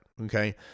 okay